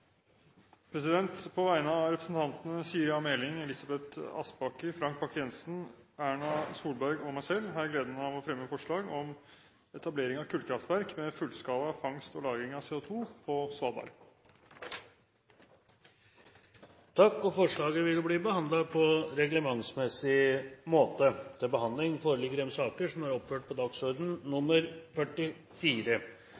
På vegne av representantene Siri A. Meling, Elisabeth Aspaker, Frank Bakke-Jensen, Erna Solberg og meg selv har jeg gleden av å fremme forslag om etablering av kullkraftverk med fullskala fangst- og lagring av CO2 på Svalbard. Forslaget vil bli behandlet på reglementsmessig måte. Dette er et tema som sannsynligvis ikke blir mindre aktuelt med årene, og som